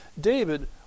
David